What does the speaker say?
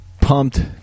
pumped